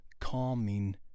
calming